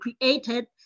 created